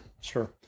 sure